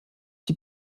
die